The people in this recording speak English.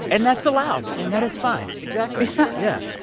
and that's allowed. and that is fine. exactly yeah yeah.